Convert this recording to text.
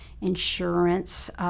insurance